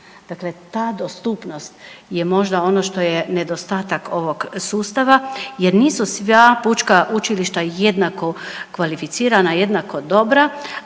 Dakle, ta dostupnost je možda ono što je nedostatak ovog sustava jer nisu sva pučka učilišta jednako kvalificirana, jednako dobra,